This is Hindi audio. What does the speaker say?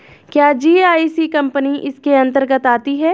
क्या जी.आई.सी कंपनी इसके अन्तर्गत आती है?